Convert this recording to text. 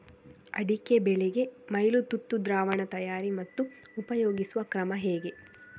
ಅಡಿಕೆ ಬೆಳೆಗೆ ಮೈಲುತುತ್ತು ದ್ರಾವಣ ತಯಾರಿ ಮತ್ತು ಉಪಯೋಗಿಸುವ ಕ್ರಮ ಹೇಗೆ?